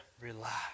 relax